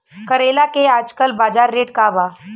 करेला के आजकल बजार रेट का बा?